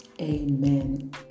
amen